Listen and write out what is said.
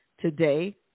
today